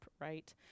right